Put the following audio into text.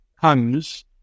comes